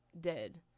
dead